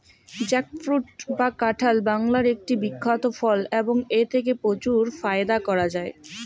jackfruit বা কাঁঠাল বাংলার একটি বিখ্যাত ফল এবং এথেকে প্রচুর ফায়দা করা য়ায়